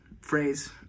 phrase